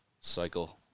cycle